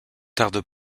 tarde